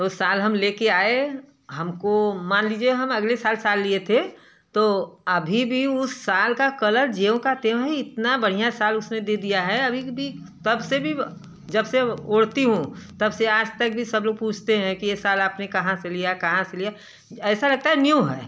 पर वो शाल हम ले के आए हमको मान लीजिए हम अगले साल शाल लिये थे तो अभी भी उस शाल का कलर ज्यों त्यों है इतना बढ़िया शाल उसने दे दिया अभी भी तब से भी वह जब से ओढ़ती हूँ तब से आजतक भी सब लोग पूछते हैं कि ये शाल आपने कहाँ से लिया कहाँ से लिया ऐसा लगता है न्यू है